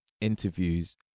interviews